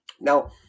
Now